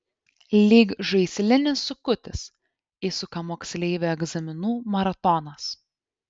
lyg žaislinis sukutis įsuka moksleivį egzaminų maratonas